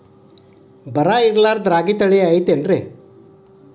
ಬರ ಇರಲಾರದ್ ರಾಗಿ ತಳಿ ಐತೇನ್ರಿ?